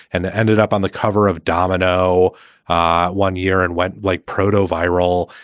and ended up on the cover of domino one year and went like proteau viral.